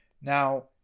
Now